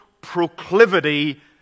proclivity